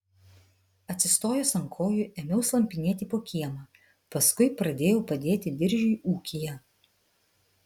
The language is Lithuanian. atsistojęs ant kojų ėmiau slampinėti po kiemą paskui pradėjau padėti diržiui ūkyje